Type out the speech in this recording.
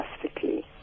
drastically